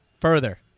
further